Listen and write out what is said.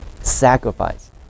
sacrifice